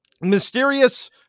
Mysterious